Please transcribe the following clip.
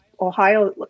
Ohio